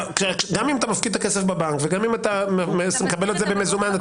גם אם אתה מפקיד את הכסף בבנק וגם אם אתה מקבל את זה במזומן,